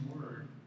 word